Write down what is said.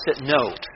note